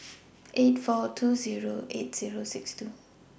eight four two Zero eight Zero six two